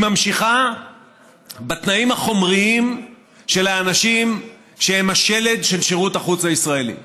היא נמשכת בתנאים החומריים של האנשים שהם השלד של שירות החוץ הישראלי.